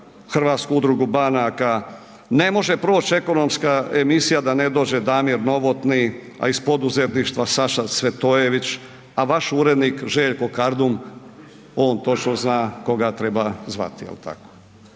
Hrvatsku udrugu banaka. Ne može proći ekonomska emisija da ne dođe Damir Novotny, a iz poduzetništva Saša Cvetojević, a vaš urednik Željko Kardum on točno zna koga treba zvati, jel tako.